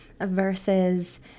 versus